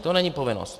To není povinnost.